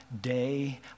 day